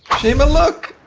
shima! look,